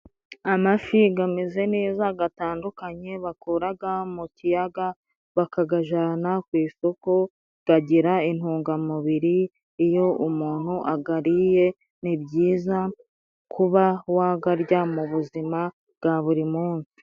Amafi ameze neza atandukanye, bakura mu kiyaga bakayajyana ku isoko, agira intungamubiri iyo umuntu ayariye, ni byiza kuba wayarya mu buzima bwa buri munsi.